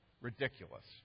Ridiculous